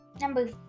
number